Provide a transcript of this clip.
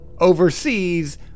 oversees